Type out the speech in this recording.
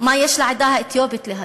מה יש לעדה האתיופית להגיד,